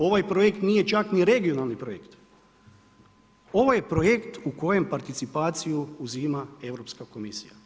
Ovaj projekt nije čak ni regionalni projekt, ovo je projekt u kojem participaciju uzima Europska komisija.